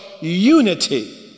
unity